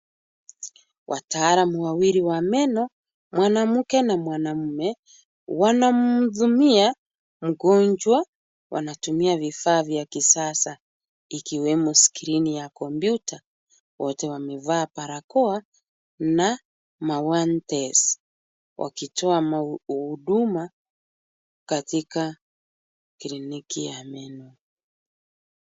Wataalam wawili wa meno, mwanamke na mwanaume wanamhudumia mgonjwa. Wanatumia vifaa vya kisasa ikiwemo skrini ya kompyuta. Wote wamevaa barakoa na mawantesi wakitoa mahuduma katika kliniki ya meno.